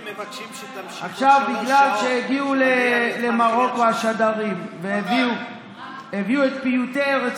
בגלל שהגיעו למרוקו השד"רים והביאו את פיוטי ארץ